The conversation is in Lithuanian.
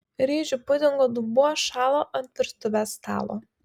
ryžių pudingo dubuo šalo ant virtuvės stalo